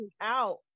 out